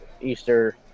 Easter